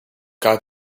got